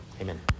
Amen